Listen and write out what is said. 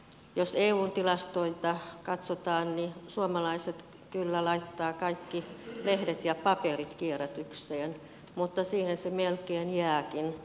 jos eun tilastoja katsotaan niin suomalaiset kyllä laittavat kaikki lehdet ja paperit kierrätykseen mutta siihen se melkein jääkin